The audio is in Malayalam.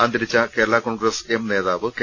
അന്തരിച്ച കേരള കോൺഗ്രസ് എം നേതാവ് കെ